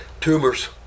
tumors